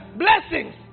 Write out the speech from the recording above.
blessings